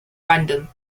random